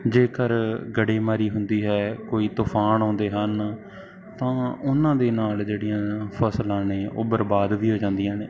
ਜੇਕਰ ਗੜ੍ਹੇਮਾਰੀ ਹੁੰਦੀ ਹੈ ਕੋਈ ਤੂਫਾਨ ਆਉਂਦੇ ਹਨ ਤਾਂ ਉਹਨਾਂ ਦੇ ਨਾਲ ਜਿਹੜੀਆਂ ਫਸਲਾਂ ਨੇ ਉਹ ਬਰਬਾਦ ਵੀ ਹੋ ਜਾਂਦੀਆਂ ਨੇ